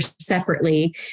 separately